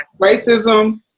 racism